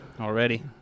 Already